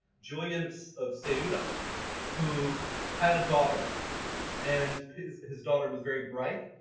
julian of so of so ceuta who had a daughter and his his daughter was very bright.